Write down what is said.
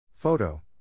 Photo